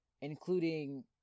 including